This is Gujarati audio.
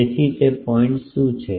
તેથી તે પોઇન્ટ શું છે